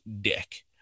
dick